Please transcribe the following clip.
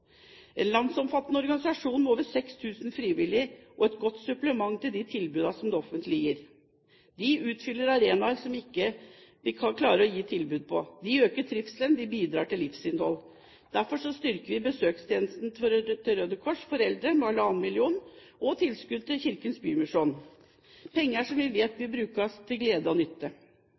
en landsomfattende organisasjon med over 6 000 frivillige. Dette er et godt supplement til de tilbudene som det offentlige gir. De utfyller arenaer som det ikke gis tilbud på, de øker trivselen og bidrar til livsinnhold. Derfor styrker vi Røde Kors Besøkstjeneste for eldre med 1,5 mill. kr og øker tilskuddet til Kirkens Bymisjon, penger som vi vet vil bli brukt til glede og nytte.